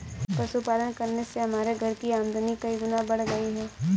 पशुपालन करने से हमारे घर की आमदनी कई गुना बढ़ गई है